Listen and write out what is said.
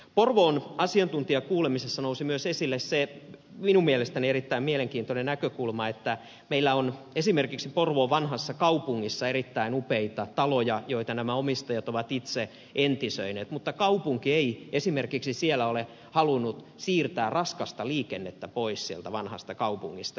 porvoon asiantuntijakuulemisessa nousi myös esille se minun mielestäni erittäin mielenkiintoinen näkökulma että meillä on esimerkiksi porvoon vanhassakaupungissa erittäin upeita taloja joita omistajat ovat itse entisöineet mutta kaupunki ei esimerkiksi ole halunnut siirtää raskasta liikennettä pois sieltä vanhastakaupungista